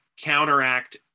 counteract